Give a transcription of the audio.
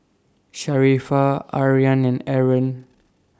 Sharifah Aryan and Aaron